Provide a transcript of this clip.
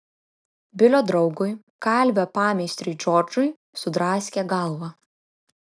bilio draugui kalvio pameistriui džordžui sudraskė galvą